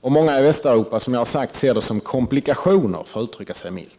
på olika håll i Europa. Många i Västeuropa ser det som komplikationer, för att uttrycka sig milt.